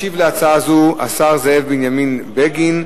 ישיב על הצעה זו השר זאב בנימין בגין.